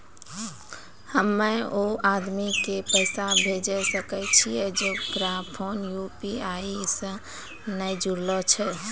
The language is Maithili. हम्मय उ आदमी के पैसा भेजै सकय छियै जेकरो फोन यु.पी.आई से नैय जूरलो छै?